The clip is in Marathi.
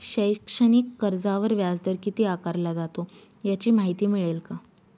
शैक्षणिक कर्जावर व्याजदर किती आकारला जातो? याची माहिती मिळेल का?